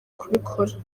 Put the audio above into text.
kubikora